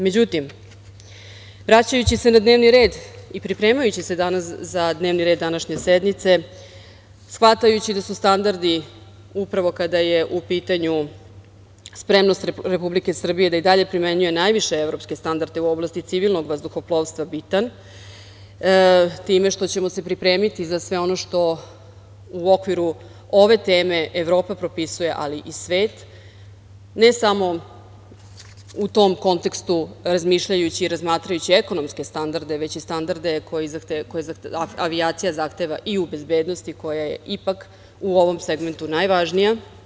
Međutim, vraćajući se na dnevni red i pripremajući se danas za dnevni red današnje sednice, shvatajući da su standardi upravo kada je u pitanju spremnost Republike Srbije da i dalje primenjuje najviše evropske standarde u oblasti civilnog vazduhoplovstva bitan, time što ćemo se pripremiti za sve ono što u okviru ove teme Evropa propisuje, ali i svet, ne samo u tom kontekstu razmišljajući i razmatrajući ekonomske standarde, već i standarde koje avijacija zahteva i u bezbednosti koja je ipak u ovom segmentu najvažnija.